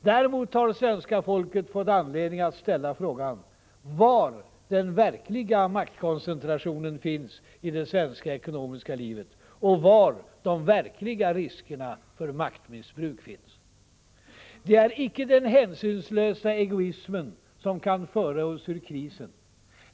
Däremot har svenska folket fått anledning att ställa frågan var den verkliga maktkoncentrationen finns i det svenska ekonomiska livet och var de verkliga riskerna för maktmissbruk finns. Det är icke den hänsynslösa egoismen som kan föra oss ur krisen.